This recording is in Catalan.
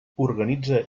organitza